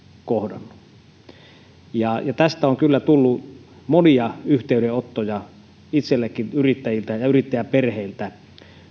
kohdannut tästä on kyllä tullut monia yhteydenottoja itsellenikin yrittäjiltä ja yrittäjäperheiltä